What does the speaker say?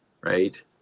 right